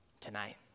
tonight